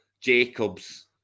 Jacobs